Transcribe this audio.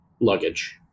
luggage